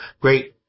great